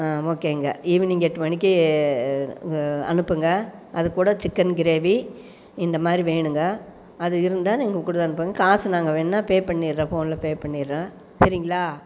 ஓகேங்க ஈவினிங் எட்டு மணிக்கு அனுப்புங்க அதுக்கூட சிக்கன் கிரேவி இந்த மாதிரி வேணுங்க அது இருந்தால் நீங்க கொடுத்து அனுப்புங்க காசு நாங்கள் வேணுனா பே பண்ணிடுறோம் ஃபோனில் பே பண்ணிடுறோம் சரிங்களா